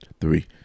three